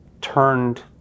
turned